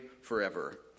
forever